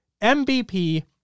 MVP